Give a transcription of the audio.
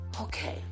Okay